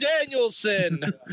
Danielson